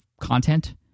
content